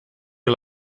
you